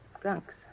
drunks